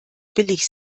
billig